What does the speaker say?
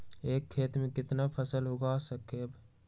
एक खेत मे केतना फसल उगाय सकबै?